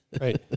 right